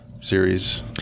series